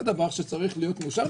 זה דבר שצריך להיות מאושר,